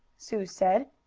sue said.